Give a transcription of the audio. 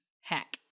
hack